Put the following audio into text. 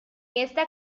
esta